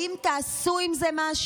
האם תעשו עם זה משהו?